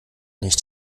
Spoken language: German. nicht